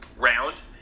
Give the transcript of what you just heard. round